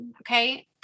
okay